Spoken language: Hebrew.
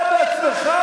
אתה בעצמך,